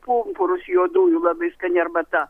pumpurus juodųjų labai skani arbata